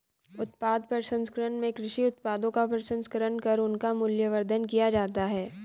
उत्पाद प्रसंस्करण में कृषि उत्पादों का प्रसंस्करण कर उनका मूल्यवर्धन किया जाता है